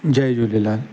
Jay Jhulelal